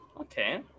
okay